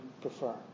prefer